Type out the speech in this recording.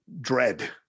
dread